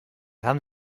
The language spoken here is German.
haben